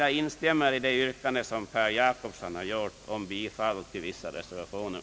Jag instämmer i de yrkanden som herr Per Jacobsson har gjort om bifall till vissa reservationer.